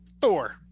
Thor